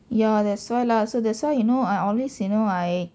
ya that's why lah so that's why you know I always you know I